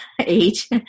age